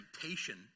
temptation